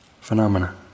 phenomena